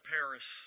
Paris